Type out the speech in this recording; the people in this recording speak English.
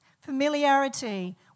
familiarity